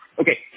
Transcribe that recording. Okay